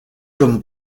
comme